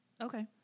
Okay